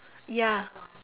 ya